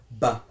ba